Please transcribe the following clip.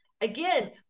again